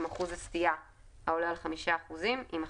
אחוז הסטיה העולה על 5 אחוזים" יימחקו.